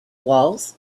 walls